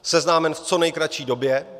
Seznámen v co nejkratší době.